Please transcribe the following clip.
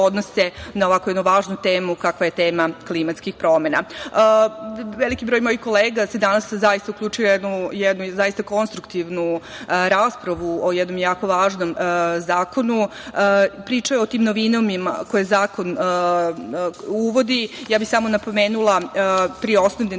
odnose na ovako jednu važnu temu kakva je tema klimatskih promena. Veliki broj mojih kolega se danas zaista uključuje u jednu zaista konstruktivnu raspravu o jednom jako važnom zakonu. Pričao je o tim novinama koje zakon uvodi. Ja bih samo napomenula tri osnovne